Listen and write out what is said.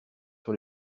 sur